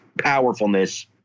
powerfulness